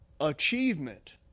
achievement